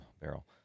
barrel